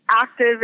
Active